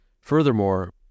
Furthermore